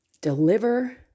deliver